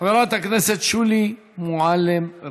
חברת הכנסת שולי מועלם-רפאלי.